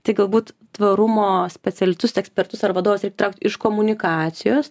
tai galbūt tvarumo specialistus ekspertus ar vadovus reik traukt iš komunikacijos